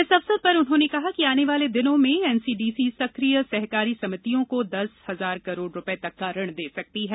इस अवसर पर उन्होंने कहा कि आने वाले दिनों में एनसीडीसी सक्रिय सहकारी समितियों को दस हजार करोड़ रूपये तक का ऋण दे सकती है